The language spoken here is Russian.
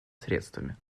средствами